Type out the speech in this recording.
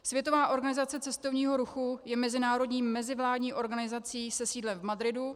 Světová organizace cestovního ruchu je mezinárodní mezivládní organizací se sídlem v Madridu.